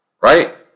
right